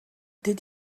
did